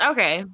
Okay